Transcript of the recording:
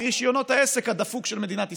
רישיונות העסק הדפוק של מדינת ישראל.